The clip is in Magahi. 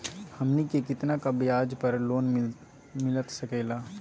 हमनी के कितना का ब्याज पर लोन मिलता सकेला?